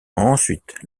ensuite